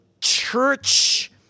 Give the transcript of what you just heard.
church